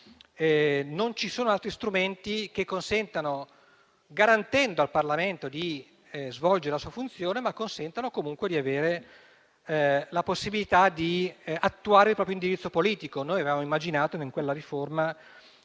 non ci sono altri strumenti che consentano, garantendo al Parlamento di svolgere la sua funzione, di avere la possibilità di attuare il proprio indirizzo politico. Noi avevamo immaginato in quella riforma